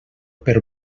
per